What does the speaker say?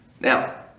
Now